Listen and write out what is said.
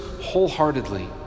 wholeheartedly